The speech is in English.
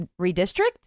redistrict